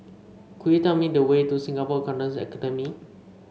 could you tell me the way to Singapore Accountancy Academy